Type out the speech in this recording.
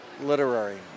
literary